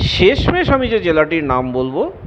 শেষমেশ আমি যে জেলাটির নাম বলব